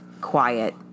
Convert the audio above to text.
quiet